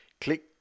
click